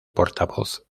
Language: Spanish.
portavoz